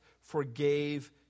forgave